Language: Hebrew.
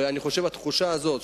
התחושה הזאת,